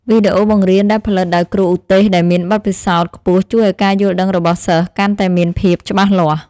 វីដេអូបង្រៀនដែលផលិតដោយគ្រូឧទ្ទេសដែលមានបទពិសោធន៍ខ្ពស់ជួយឱ្យការយល់ដឹងរបស់សិស្សកាន់តែមានភាពច្បាស់លាស់។